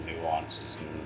nuances